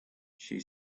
she